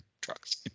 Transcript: trucks